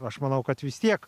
aš manau kad vis tiek